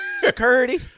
Security